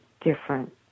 different